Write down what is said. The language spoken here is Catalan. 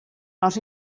els